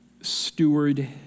steward